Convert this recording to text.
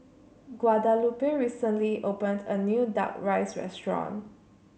Guadalupe recently opened a new Duck Rice Restaurant